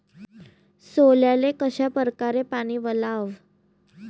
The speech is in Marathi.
सोल्याले कशा परकारे पानी वलाव?